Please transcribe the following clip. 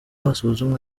hasuzumwa